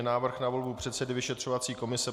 Návrh na volbu předsedy vyšetřovací komise